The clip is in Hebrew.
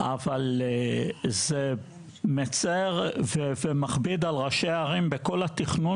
אבל זה מצר ומכביד על ראשי הערים בכל התכנון